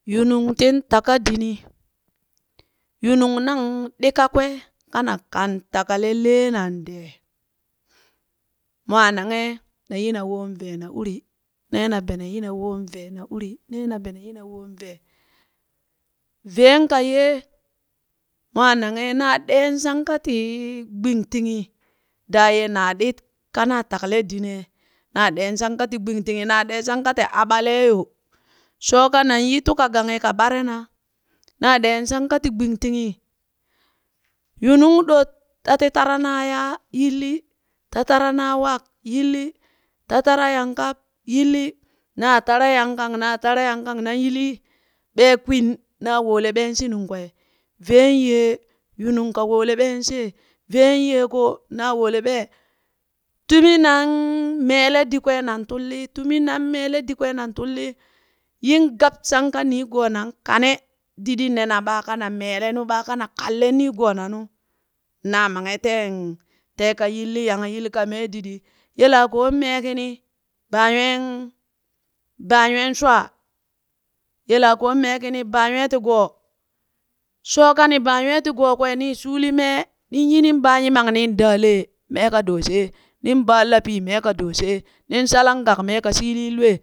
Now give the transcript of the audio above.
Yunung tin taka dini, yunung nang ɗit kakwee kana kan takale lee nan dee mwaa nanghe nayi na woon vee na uri, nena bene na yina woon ve na uri nena na bene na yina woon ve veen kayee mwaa nanghe naa ɗeen shanka ti gbingtinghi dayee naa dit kanaa takale dinee naa ɗeen shanka ti gbintinghi naa ɗee shanka ti aɓalee yo shoo kanan yi tuka ka ganghi ka ɓare na ɗeen shanka ti gbintinhi, yunung ɗot tati tara nayaa yilli, ta tara naa wak yilli, ta tara yang kap yilli naa tara yankang, naa tara yangkang, naŋ yilli ɓee kwin naa woleɓeen shi nungkwee, veen yee yuniung ka woole ɓeen shee, veen yee koo naa wole ɓee tuminan meele dikwee nan tullii, tuminan meele dikwee nan tullii yin gab shanka niigoonan kane didii nenan ɓaaka na mele nu ɓakana kanlen niigoonanu naa manghe teen teeka yilli yang yil ka meele didi. Yelaakoon mee kini, baa nyween ba nyween shwaa, yelakoon mee kini, baa nywee ti goo, shooka ni baa nywee ti goo kwee nii shuulin mee ninyi nin baa nyiman nin daa lee mee ka dooshe nin baa la pii mee ka doshee, nin shalan gak, mee ka shiiliin lwee